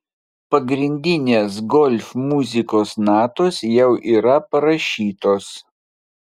pagrindinės golf muzikos natos jau yra parašytos